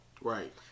right